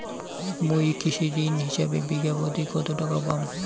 মুই কৃষি ঋণ হিসাবে বিঘা প্রতি কতো টাকা পাম?